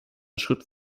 schritt